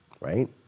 Right